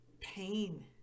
pain